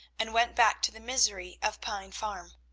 and went back to the misery of pine farm.